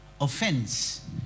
Offense